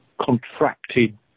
contracted